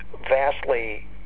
vastly